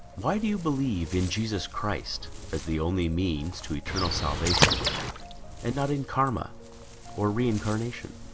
why do you believe in jesus christ as the only means to eternal salvation and not in karma or reincarnation?